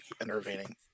intervening